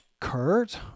Kurt